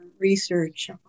research